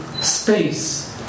space